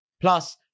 Plus